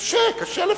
קשה, קשה לפעמים.